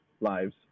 lives